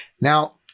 Now